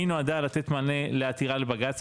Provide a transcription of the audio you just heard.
היא נועדה לתת מענה לעתירה לבג"צ,